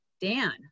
Dan